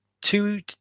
two